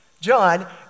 John